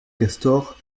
castor